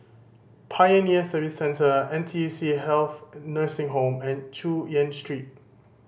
Pioneer Service Centre N T U C Health Nursing Home and Chu Yen Street